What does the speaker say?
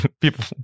people